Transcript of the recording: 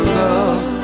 love